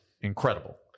Incredible